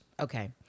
Okay